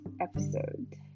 episode